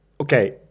Okay